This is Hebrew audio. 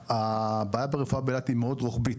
הבעיה ברפואה באילת היא מאוד רוחבית.